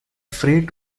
free